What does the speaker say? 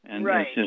Right